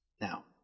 Now